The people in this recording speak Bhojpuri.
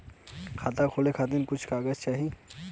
खाता खोले के खातिर कुछ कागज चाही?